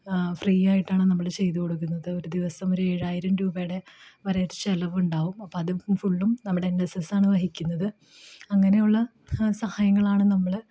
free ആയിട്ടാണ് നമ്മൾ ചെയ്തു കൊടുക്കുന്നത് ഒരു ദിവസം ഒരു ഏഴായിരം രൂപയുടെ വരെ ആയിട്ടു ചിലവുണ്ടാകും അപ്പോൾ അതു ഫുള്ളും നമ്മുടെ എൻ എസ് എസ്സാണ് വഹിക്കുന്നത് അങ്ങനെയുള്ള സഹായങ്ങളാണ് നമ്മൾ